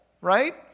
right